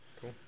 cool